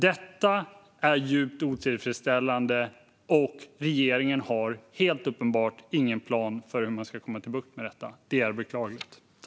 Detta är djupt otillfredsställande, och regeringen har helt uppenbart ingen plan för hur man ska få bukt med detta. Det är beklagligt.